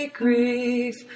grief